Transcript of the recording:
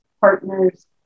partners